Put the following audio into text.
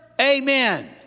Amen